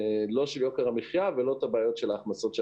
לא של יוקר המחיה ולא את הבעיות של ההכנסות של החקלאים.